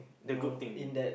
the good thing